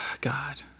God